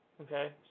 okay